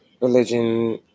religion